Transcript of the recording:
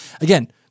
again